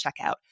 checkout